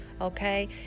Okay